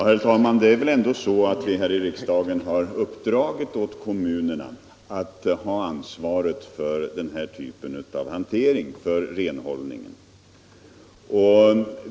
Herr talman! Det är väl ändå så att vi här i riksdagen har uppdragit åt kommunerna att ta ansvaret för renhållningen.